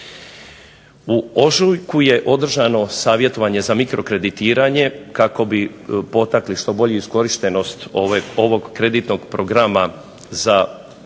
U ožujku je održano savjetovanje za mikro kreditiranje kako bi potakli što bolju iskorištenost ovog kreditnog programa za one najmanje